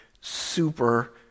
super